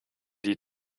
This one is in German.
die